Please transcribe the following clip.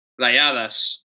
Rayadas